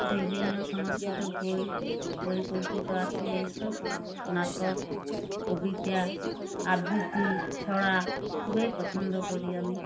বিভিন্ন সংস্কৃত বই পরিকল্পিত আছে এইসব নাটক কবিতা আবৃত্তি ছড়া খুবই পছন্দ করি আমি